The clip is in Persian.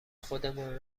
خودمان